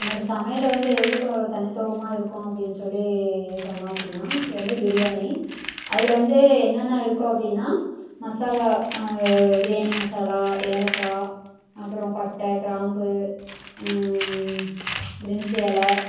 என்னோட சமையலில் வந்து எது தனித்துவமாக இருக்கும் அப்படின்னு சொல்லி சொன்னோம் அப்படின்னா வந்து பிரியாணி அதில் வந்து என்னென்ன இருக்கும் அப்படின்னா மசாலா பிரியாணி மசாலா ஏலக்காய் அப்புறம் பட்டை கிராம்பு பிரிஞ்சி இல